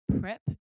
prep